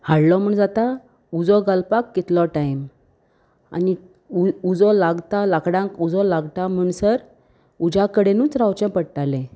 हाडलो म्हूण जाता उजो घालपाक कितलो टायम आनी उजो लागता लांकडांक उजो लागता म्हणसर उज्या कडेनूच रावचें पडटालें